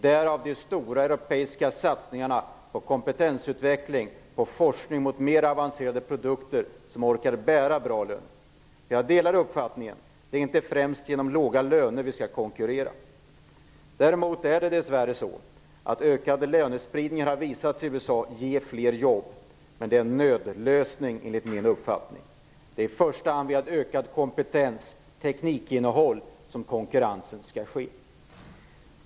Därav följer de stora europeiska satsningarna på kompetensutveckling och forskning avseende mer avancerade produkter som orkar bära bra löner. Jag delar uppfattningen att det inte är främst genom låga löner som vi skall konkurrera. Däremot är det dess värre så att ökade lönespridningar i USA har visat sig ge fler jobb. Enligt min uppfattning är det dock en nödlösning. Det är i första hand genom ökad kompetens och teknikinnehåll som konkurrens skall ske.